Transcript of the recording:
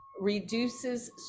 reduces